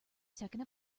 second